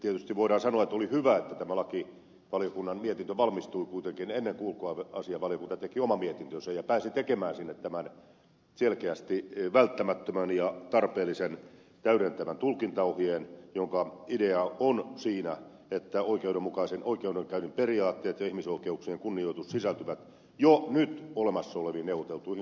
tietysti voidaan sanoa että oli hyvä että tämä lakivaliokunnan mietintö valmistui kuitenkin ennen kuin ulkoasiainvaliokunta teki oman mietintönsä ja pääsi tekemään sinne tämän selkeästi välttämättömän ja tarpeellisen täydentävän tulkintaohjeen jonka idea on siinä että oikeudenmukaisen oikeudenkäynnin periaatteet ja ihmisoikeuksien kunnioitus sisältyvät jo nyt olemassa oleviin neuvoteltuihin sopimuksiin